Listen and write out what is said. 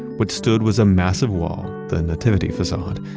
what stood was a massive wall, the nativity facade,